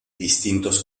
distintos